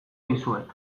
dizuet